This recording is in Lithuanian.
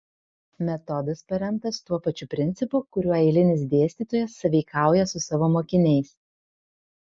metodas paremtas tuo pačiu principu kuriuo eilinis dėstytojas sąveikauja su savo mokiniais